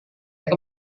akan